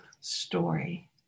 story